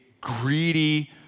greedy